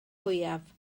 fwyaf